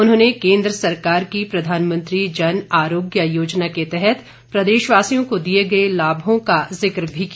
उन्होंने केन्द्र सरकार की प्रधानमंत्री जन आरोग्य योजना के तहत प्रदेशवासियों को दिए गए लाभों का जिक भी किया